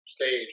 stage